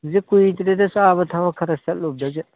ꯍꯧꯖꯤꯛ ꯀꯨꯏꯗ꯭ꯔꯤꯗ ꯆꯥꯕ ꯊꯕꯛ ꯈꯔ ꯆꯠꯂꯨꯕꯗꯒꯤ